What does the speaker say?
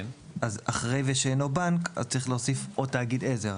אז אחרי "ושאינו בנק" צריך להוסיף "או תאגיד עזר"